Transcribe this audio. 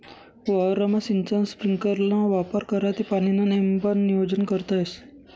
वावरमा सिंचन स्प्रिंकलरना वापर करा ते पाणीनं नेमबन नियोजन करता येस